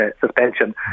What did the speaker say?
suspension